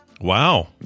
wow